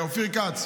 אופיר כץ,